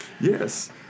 Yes